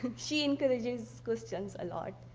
she encourages questions, a lot,